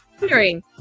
wondering